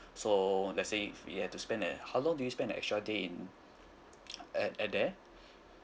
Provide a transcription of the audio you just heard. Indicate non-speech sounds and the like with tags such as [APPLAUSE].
so let say if you have to spend at how long do you spend an extra day in at at there [BREATH]